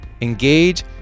engage